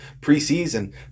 preseason